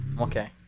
Okay